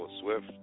Swift